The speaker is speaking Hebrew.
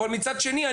אבל מצד שני,